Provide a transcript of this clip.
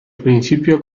principio